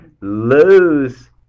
lose